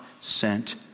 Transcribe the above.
sent